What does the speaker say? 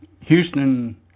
Houston